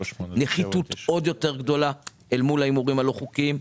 נחיתות עוד יותר גדולה אל מול ההימורים הלא חוקיים.